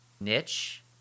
niche